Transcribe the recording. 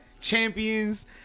champions